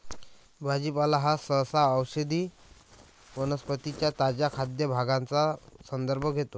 भाजीपाला हा सहसा काही औषधी वनस्पतीं च्या ताज्या खाद्य भागांचा संदर्भ घेतो